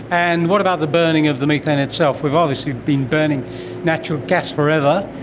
and what about the burning of the methane itself? we've obviously been burning natural gas forever,